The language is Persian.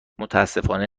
متأسفانه